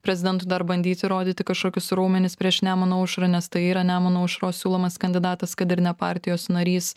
prezidentui dar bandyti rodyti kažkokius raumenis prieš nemuno aušrą nes tai yra nemuno aušros siūlomas kandidatas kad ir ne partijos narys